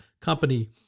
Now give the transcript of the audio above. company